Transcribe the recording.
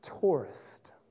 tourist